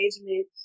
engagement